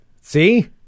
See